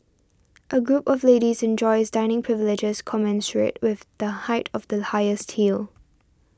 a group of ladies enjoys dining privileges commensurate with the height of the highest heel